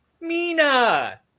Mina